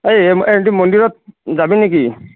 এই এই এদিন মন্দিৰত যাবি নেকি